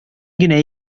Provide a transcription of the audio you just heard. генә